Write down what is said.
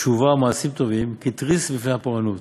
תשובה ומעשים טובים כתריס בפני הפורענות.